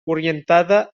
orientada